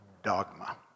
dogma